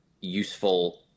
useful